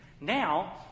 Now